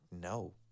No